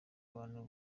abantu